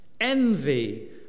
Envy